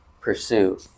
pursue